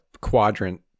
quadrant